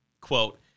Quote